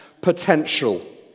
potential